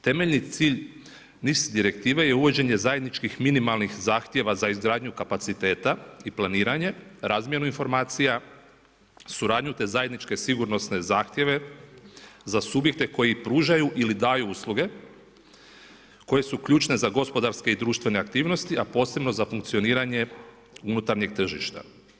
Temeljni cilj NIS direktive je uvođenje zajedničkih minimalnih zahtjeva za izgradnju kapaciteta i planiranje, razmjenu informacija, suradnju te zajedničke sigurnosne zahtjeve za subjekte koji pružaju ili daju usluge koje su ključne za gospodarske i društvene aktivnosti a posebno za funkcioniranje unutarnjeg tržišta.